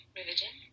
religion